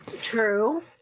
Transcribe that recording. True